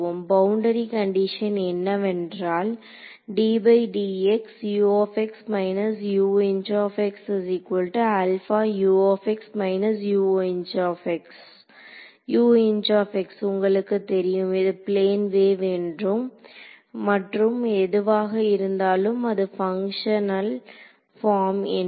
boundary condition என்னவென்றால் ddxU − Uinc α U − Uinc Uinc உங்களுக்கு தெரியும் இது பிளேன் வேவ் என்றும் மற்றும் எதுவாக இருந்தாலும் அது பங்க்ஷனல் பார்ம் என்றும்